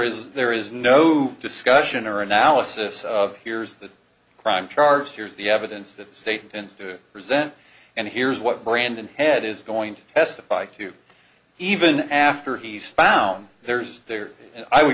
is no discussion or analysis of here's the crime charged here's the evidence that the state intends to present and here's what brandon head is going to testify to even after he's found there's there i